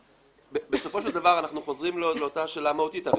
בסופו של דבר אנחנו חוזרים לאותה שאלה מהותית.